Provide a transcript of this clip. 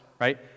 right